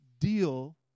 deal